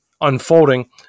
unfolding